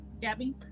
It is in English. gabby